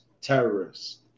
terrorists